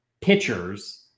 pitchers